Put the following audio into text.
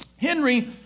Henry